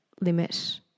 limit